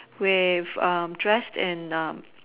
with dressed in the